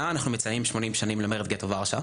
אנחנו מציינים 80 שנים למרד גטו ורשה,